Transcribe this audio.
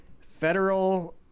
Federal